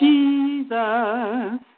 Jesus